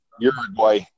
Uruguay